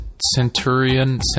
Centurion